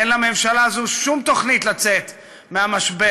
אין לממשלה הזו שום תוכנית לצאת מהמשבר,